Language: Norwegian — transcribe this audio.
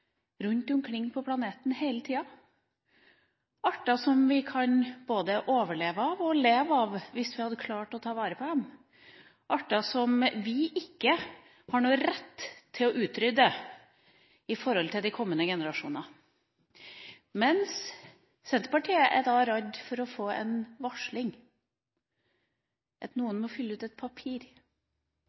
rundt omkring på planeten hele tida, arter som vi kan både overleve av og leve av hvis vi hadde klart å ta vare på dem, arter som vi ikke har noen rett til å utrydde med tanke på de kommende generasjoner. Mens Senterpartiet er redd for å få en varsling, at noen må fylle ut et papir,